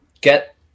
get